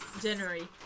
January